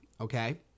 Okay